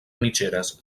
mitgeres